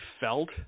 felt